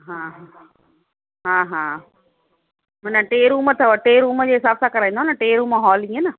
हा हा हा मन टे रूम अथव टे रूम जे हिसाब सां कराईंदव न टे रूम हॉल हीअं न